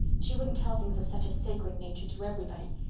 she wouldn't tell things of such a sacred nature to everybody.